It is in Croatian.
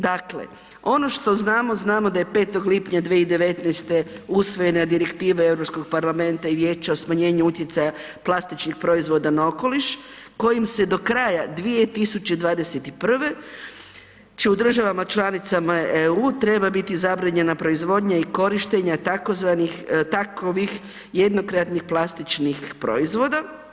Dakle, ono što znamo, znamo daje 5. lipnja 2019. usvojena Direktiva Europskog parlamenta i vijeća o smanjenju utjecaja plastičnih proizvoda na okoliš, kojim se do kraja 2021. će u državama članicama EU treba biti zabranjena proizvodnja i korištenja tzv. takovih jednokratnih plastičnih proizvoda.